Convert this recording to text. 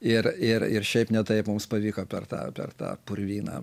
ir ir ir šiaip ne taip mums pavyko per tą per tą purvyną